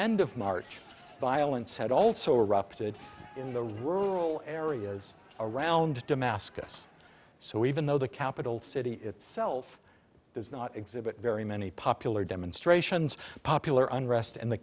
end of march violence had also erupted in the rural areas around damascus so even though the capital city itself does not exhibit very many popular demonstrations popular unrest in the